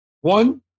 One